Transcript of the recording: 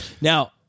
Now